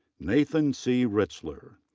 nathan c. ritzler.